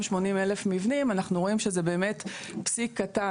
80,000 מבנים אנחנו רואים שזה באמת פסיק קטן.